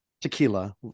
tequila